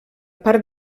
part